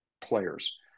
players